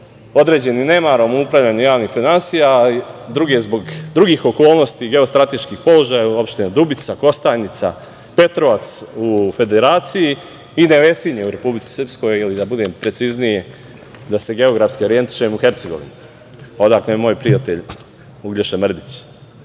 određeni nemarom upravljanje javnih finansija, a i zbog drugih okolnosti, geostrateških položaja u opštini Dubica, Kostajnica, Petrovac u Federaciji i Nevesinje u Republici Srpskoj ili da budem precizniji, da se geografski orijentišemo, u Hercegovini, odakle je moj prijatelj Uglješa Mrdić. Prema